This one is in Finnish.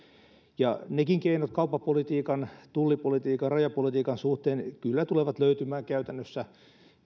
ja keinot kauppapolitiikan tullipolitiikan ja rajapolitiikan suhteen kyllä tulevat löytymään käytännössä